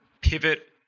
pivot